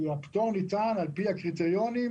הפטור ניתן על פי הקריטריונים